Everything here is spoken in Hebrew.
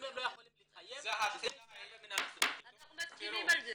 אם הם לא יכולים להתחייב ---- אנחנו מסכימים על זה.